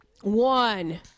One